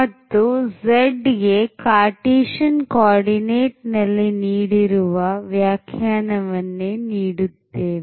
ಮತ್ತು z ಗೆ cartesian coordinate ನಲ್ಲಿ ನೀಡಿರುವ ವ್ಯಾಖ್ಯಾನವನ್ನೇ ನೀಡುತ್ತೇವೆ